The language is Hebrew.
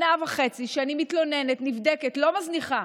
שנה וחצי שאני מתלוננת, נבדקת, לא מזניחה,